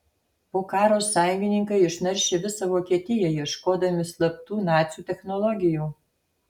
po karo sąjungininkai išnaršė visą vokietiją ieškodami slaptų nacių technologijų